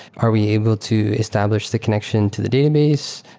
are we able to establish the connection to the database?